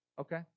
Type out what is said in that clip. okay